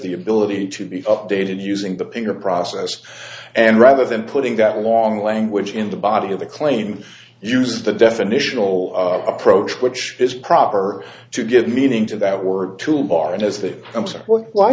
the ability to be updated using the pinger process and rather than putting that long language in the body of the claim use the definitional approach which is proper to give meaning to that word toolbar and has that